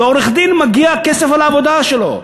לעורך-דין מגיע כסף על העבודה שלו,